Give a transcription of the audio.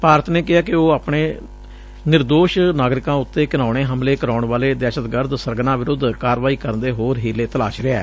ਭਾਰਤ ਨੇ ਕਿਹੈ ਕਿ ਉਹ ਆਪਣੇ ਨਿਰਦੇਸ਼ ਨਾਗਰਿਕਾਂ ਉਤੇ ਘਿਨਾਉਣੇ ਹਮਲੇ ਕਰਾਉਣ ਵਾਲੇ ਦਹਿਸ਼ਤਗਰਦ ਸਰਗਨਾ ਵਿਰੁੱਧ ਕਾਰਵਾਈ ਕਰਨ ਦੇ ਹੋਰ ਹੀਲੇ ਤਲਾਸ਼ ਰਿਹੈ